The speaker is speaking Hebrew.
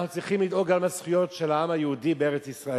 אנחנו צריכים לדאוג גם לזכויות של העם היהודי בארץ-ישראל,